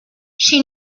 she